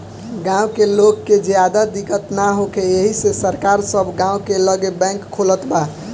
गाँव के लोग के ज्यादा दिक्कत ना होखे एही से सरकार सब गाँव के लगे बैंक खोलत बा